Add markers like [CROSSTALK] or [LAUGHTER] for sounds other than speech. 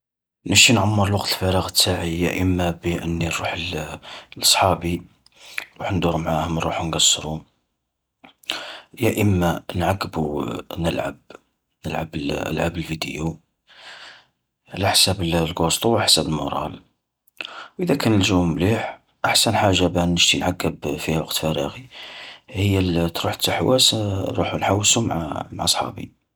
نشتي نعمر وقت الفراغ يا اما بأني نروح ال [HESITATION] لصحابي ونروح ندور معاهم نروحو نقصرو، يا اما نعقبو نلعب [HESITATION] نلعب بألعاب الفيديو على حساب الق-قوصطو وعلى حساب المورال. وإذا كان الجو مليح، أحسن باه نشتي نعقب فيها وقت فراغي هي ال [HESITATION] تروح التحواس [HESITATION] نروحو نحوسو مع [HESITATION] مع صحابي.